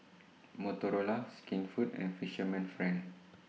Motorola Skinfood and Fisherman's Friend